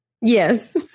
Yes